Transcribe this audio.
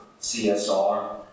CSR